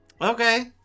Okay